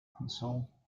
console